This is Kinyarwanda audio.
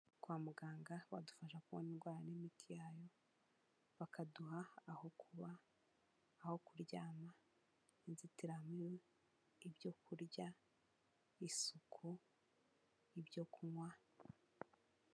Kwa muganga badufasha kubona indwara n'imiti yayo, bakaduha aho kuba, aho kuryama, inzitiramubu, ibyo kurya, isuku, ibyo kunywa.